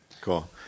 cool